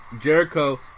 Jericho